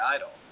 Idol